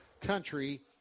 country